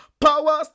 Powers